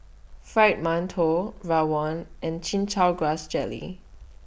Fried mantou Rawon and Chin Chow Grass Jelly